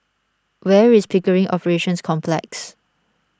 where is Pickering Operations Complex